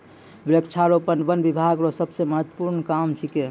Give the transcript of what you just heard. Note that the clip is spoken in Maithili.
वृक्षारोपण वन बिभाग रो सबसे महत्वपूर्ण काम छिकै